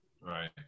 Right